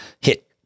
hit